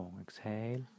exhale